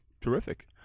terrific